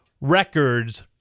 records